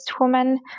woman